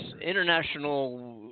international